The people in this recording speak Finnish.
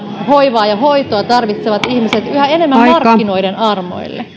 hoivaa ja hoitoa tarvitsevat ihmiset yhä enemmän markkinoiden armoille